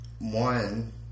one